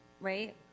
Right